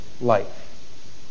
life